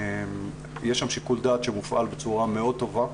יש שם שיקול דעת שמופעל בצורה מאוד טובה.